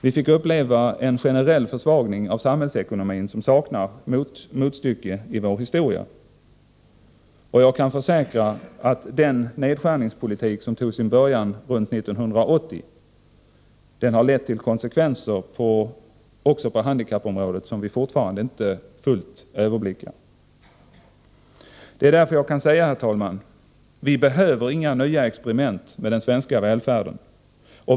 Vi fick uppleva en generell försvagning av samhällsekonomin som saknar motstycke i vår historia. Jag kan försäkra att den nedskärningspolitik som tog sin början runt 1980 har fått konsekvenser också på handikappområdet, vilka vi fortfarande inte fullt ut kan överblicka. Det är därför som jag, herr talman, kan säga: Vi behöver inga nya experiment med den svenska välfärden.